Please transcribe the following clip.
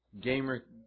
Gamer